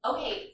Okay